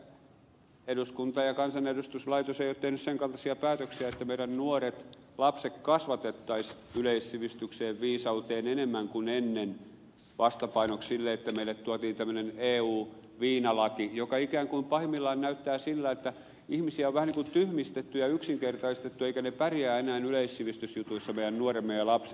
sanoin äsken että eduskunta ja kansanedustuslaitos ei ole tehnyt sen kaltaisia päätöksiä että meidän nuoret lapset kasvatettaisiin yleissivistykseen ja viisauteen enemmän kuin ennen vastapainoksi sille että meille tuotiin tämmöinen eu viinalaki joka ikään kuin pahimmillaan näyttää siltä että ihmisiä on vähän niin kuin tyhmistetty ja yksinkertaistettu eivätkä he pärjää enää yleissivistysjutuissa meidän nuoremme ja lapset